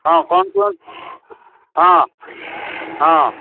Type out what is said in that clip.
ହଁ କ'ଣ କୁହନ୍ତୁ ହଁ ହଁ